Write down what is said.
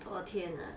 昨天 ah